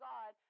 God